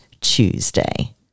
Tuesday